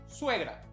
Suegra